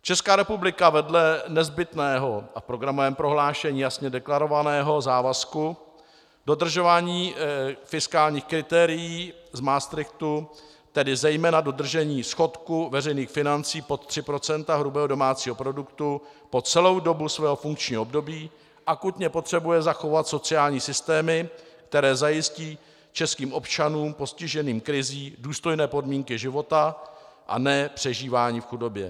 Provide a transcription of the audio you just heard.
Česká republika vedle nezbytného a v programovém prohlášení jasně deklarovaného závazku dodržování fiskálních kritérií z Maastrichtu, tedy zejména dodržení schodku veřejných financí pod 3 % hrubého domácího produktu, po celou dobu svého funkčního období akutně potřebuje zachovat sociální systémy, které zajistí českým občanům postiženým krizí důstojné podmínky života, a ne přežívání v chudobě.